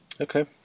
Okay